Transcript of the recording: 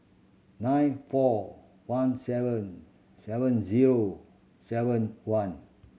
nine four one seven seven zero seven one